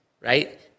right